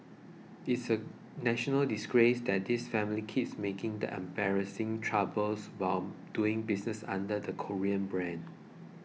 it's a national disgrace that this family keeps making the embarrassing troubles while doing business under the 'Korean' brand